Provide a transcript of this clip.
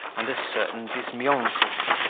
and a certain bizmyonkov,